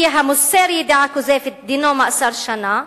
כי המוסר ידיעה כוזבת דינו מאסר שנה,